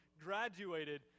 graduated